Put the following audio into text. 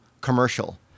commercial